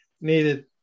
needed